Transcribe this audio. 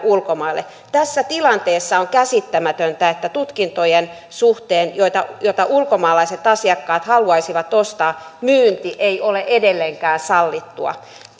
ulkomaille tässä tilanteessa on käsittämätöntä että tutkintojen suhteen joita joita ulkomaalaiset asiakkaat haluaisivat ostaa myynti ei ole edelleenkään sallittua